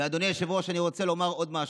אדוני היושב-ראש, אני רוצה לומר עוד משהו: